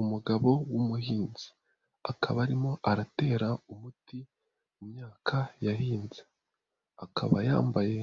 Umugabo w'umuhinzi akaba arimo aratera umuti mu myaka yahinze, akaba yambaye